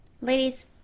Ladies